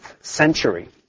century